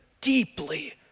deeply